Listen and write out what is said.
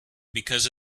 because